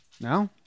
No